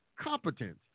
competence